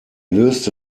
löste